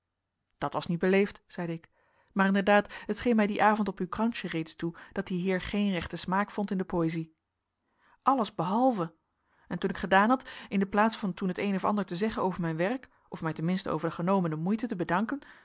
dat was niet beleefd zeide ik maar inderdaad het scheen mij dien avond op uw kransje reeds toe dat die heer geen rechten smaak vond in de poëzie allesbehalve en toen ik gedaan had in de plaats van toen het een of ander te zeggen over mijn werk of mij ten minste voor de genomene moeite te bedanken